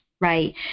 right